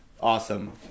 Awesome